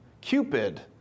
Cupid